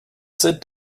sit